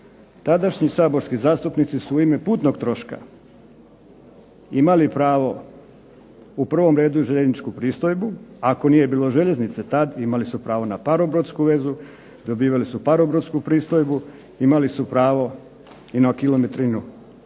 Tadašnji saborski zastupnici su u ime putnog troška imali pravo u prvom redu željezničku pristojbu, ako nije bilo željeznice tada imali su pravo na parobrodsku vezu, dobivali su parobrodsku pristojbu, imali su pravo na kilometrinu. Isto